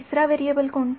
तिसरा व्हेरिएबल कोणता